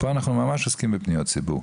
פה אנחנו ממש עוסקים בפניות ציבור.